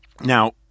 Now